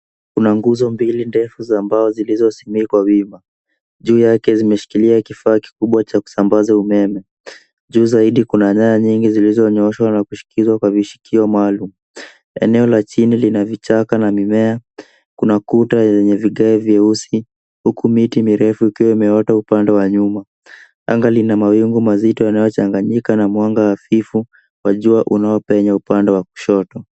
Kuna nguzo mbili ndefu za mbao zilizosimikwa wima juu yake zimeshikilia kifaa kikubwa cha kusambaza umeme ,juu zaidi kuna nyaya nyingi zilizonyooshwa na kushikiliwa kwa vishikio maalum ,eneo la chini lina vichaka na mimea kuna kuta yenye vigae vyeusi huku miti mirefu ikiwa imeota upande wa nyuma, anga lina mawingu mazito yanayochanganyika na mwanga wa hafifu wa jua unaopenya upande wa kushoto.